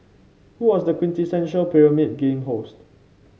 who was the quintessential Pyramid Game host